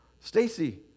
Stacy